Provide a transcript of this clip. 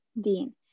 Dean